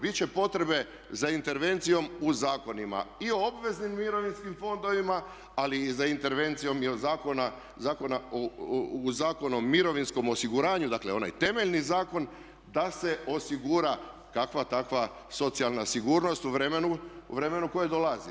Bit će potrebe za intervencijom u zakonima i obveznim mirovinskim fondovima ali i za intervencijom Zakona o mirovinskom osiguranju, dakle onaj temeljni zakon da se osigura kakva takva socijalna sigurnost u vremenu koje dolazi.